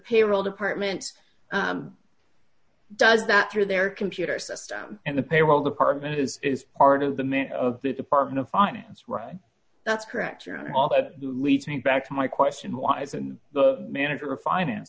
payroll department does that through their computer system and the payroll department is is part of the myth of the department of finance right that's correct you know all that leads me back to my question why isn't the manager a finance